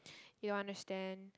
you won't understand